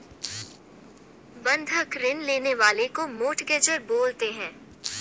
बंधक ऋण लेने वाले को मोर्टगेजेर बोलते हैं